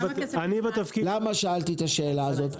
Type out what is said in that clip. אני בתפקיד -- למה שאלתי את השאלה הזאת?